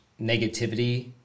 negativity